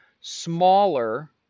smaller